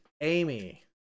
Amy